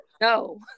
no